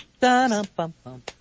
Da-dum-bum-bum